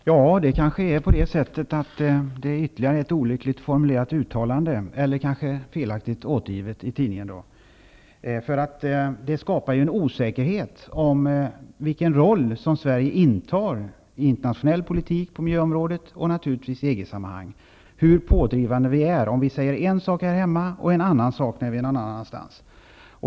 Herr talman! Det kanske är ytterligare ett olyckligt formulerat uttalande eller ett uttalande som är felaktigt återgivet i tidningen. Men det skapar en osäkerhet om vilken roll som Sverige intar i internationell politik på miljöområdet och naturligtvis i EG-sammanhang, hur pådrivande vi är om vi säger en sak här hemma och en annan sak när vi är någon annanstans.